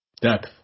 depth